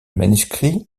manuscrits